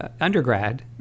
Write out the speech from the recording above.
Undergrad